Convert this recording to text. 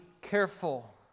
careful